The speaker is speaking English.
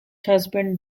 husband